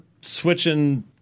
switching